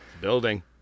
Building